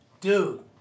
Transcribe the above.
dude